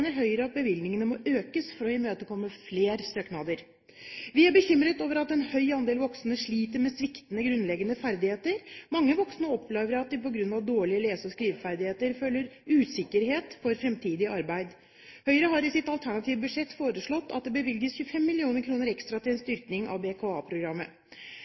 Høyre at bevilgningene må økes for å imøtekomme flere søknader. Vi er bekymret over at en høy andel voksne sliter med sviktende grunnleggende ferdigheter. Mange voksne opplever at de på grunn av dårlige lese- og skriveferdigheter føler usikkerhet for fremtidig arbeid. Høyre har i sitt alternative budsjett foreslått at det bevilges 25 mill. kr ekstra til en